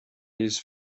his